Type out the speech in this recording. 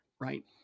right